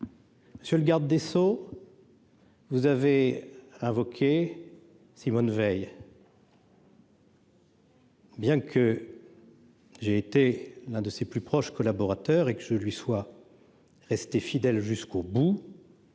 je le garde des Sceaux. Vous avez invoqué Simone Veil. Bien que j'ai été l'un de ses plus proches collaborateurs, et que ce lui soit resté fidèle jusqu'au bout.